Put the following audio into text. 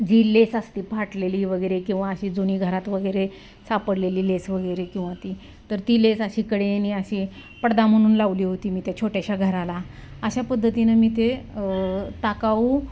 जी lace असती फाटलेली वगैरे किंवा अशी जुनी घरात वगैरे सापडलेली लेस वगैरे किंवा ती तर ती लेस अशी कडेनी अशी पडदा म्हणून लावली होती मी त्या छोट्याशा घराला अशा पद्धतीनं मी ते टाकाऊ